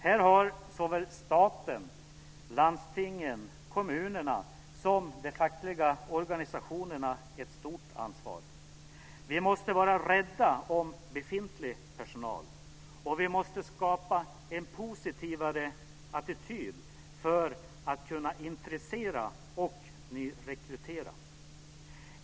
Här har såväl staten, landstingen och kommunerna som de fackliga organisationerna ett stort ansvar. Vi måste vara rädda om befintlig personal, och vi måste skapa en positivare attityd för att kunna intressera och nyrekrytera.